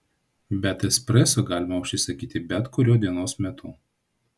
bet espreso galima užsisakyti bet kuriuo dienos metu